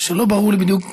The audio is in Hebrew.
שלא ברור לי בדיוק,